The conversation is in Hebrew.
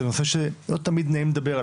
זה נושא שלא תמיד נעים לדבר עליו.